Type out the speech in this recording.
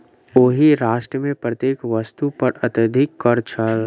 ओहि राष्ट्र मे प्रत्येक वस्तु पर अत्यधिक कर छल